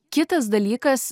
kitas dalykas